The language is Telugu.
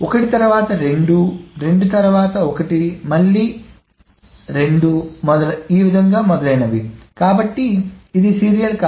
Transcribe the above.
కాబట్టి 1 తరువాత 2 తరువాత 1 తరువాత మళ్ళీ ఈ 2 మొదలైనది కాబట్టి ఇది సీరియల్ కాదు